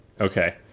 okay